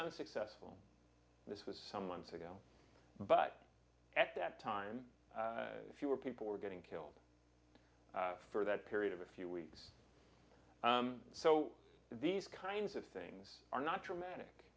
unsuccessful this was some months ago but at that time fewer people were getting killed for that period of a few weeks so these kinds of things are not dramatic